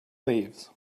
leaves